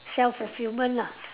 self fulfilment lah